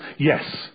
Yes